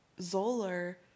Zoller